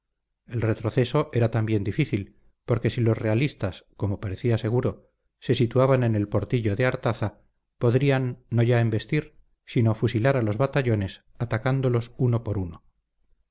el retroceso era también difícil porque si los realistas como parecía seguro se situaban en el portillo de artaza podrían no ya embestir sino fusilar a los batallones atacándolos uno por uno